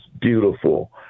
beautiful